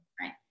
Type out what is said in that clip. right